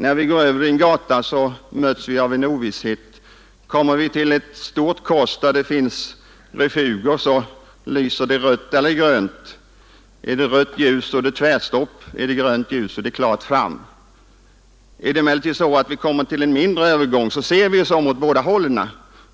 När vi går över en gata möts vi av risker och ovisshet. Kommer vi till en stor korsning där det finns refuger lyser det rött eller grönt. Är det rött ljus är det tvärstopp, är det grönt ljust är det klart framåt. Så långt börjar det bli klart för svenska folket också i politiken. Är det emellertid så att vi kommer till en obevakad övergång ser vi oss om åt båda hållen,